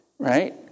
Right